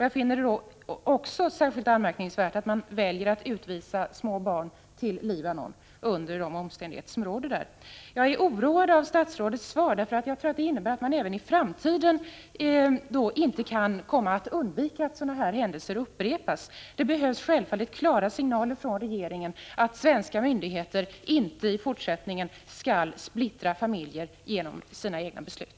Jag finner det också särskilt anmärkningsvärt att myndigheter väljer att utvisa små barn till Libanon under de omständigheter som råder där. Jag är oroad över statsrådets svar, därför att jag tror att det innebär att det inte är möjligt att undvika att sådana här händelser upprepas. Det behövs självfallet klara signaler från regeringen om att svenska myndigheter i fortsättningen inte skall splittra familjer genom sina egna beslut.